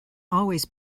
always